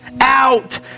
out